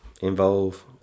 involve